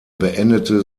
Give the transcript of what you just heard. beendete